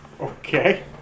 Okay